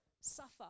suffer